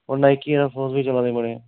ओह् नोकिया दे फोन बी चला दे बड़े